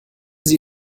sie